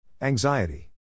Anxiety